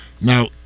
Now